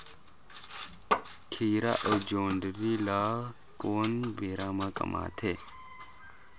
खीरा अउ जोंदरी ल कोन बेरा म कमाथे?